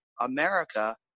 America